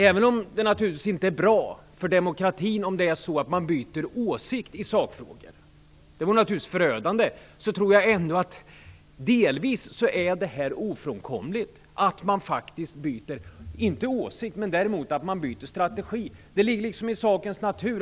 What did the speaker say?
Även om det naturligtvis inte är bra för demokratin att man byter åsikt i sakfrågor - det vore naturligtvis förödande - tror jag ändå att det delvis är ofrånkomligt att man byter strategi; det ligger liksom i sakens natur.